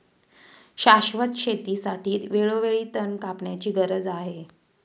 शाश्वत शेतीसाठी वेळोवेळी तण कापण्याची गरज आहे